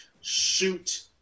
Shoot